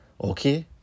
Okay